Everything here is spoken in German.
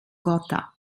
gotha